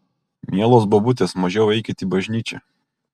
mielos bobutės mažiau eikit į bažnyčią